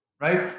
right